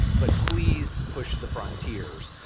but please push the frontiers.